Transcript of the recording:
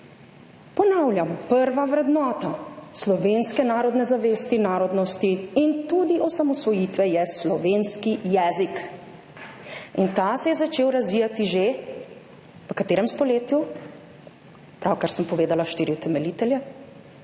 Ponavljam, prva vrednota slovenske narodne zavesti, narodnosti in tudi osamosvojitve je slovenski jezik! In ta se je začel razvijati že – v katerem stoletju? Pravkar sem povedala štiri utemeljitelje,